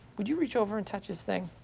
would you reach over and touch his thing?